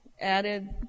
Added